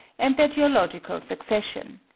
and their geological succession.